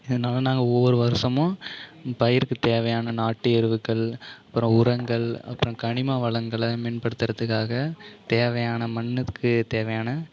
இதனால் நாங்கள் ஒவ்வொரு வருஷமும் பயிருக்கு தேவையான நாட்டு எருக்கள் அப்புறம் உரங்கள் அப்புறம் கனிம வளங்களை மேம்படுத்துறதுக்காக தேவையான மண்ணுக்கு தேவையான